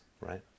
right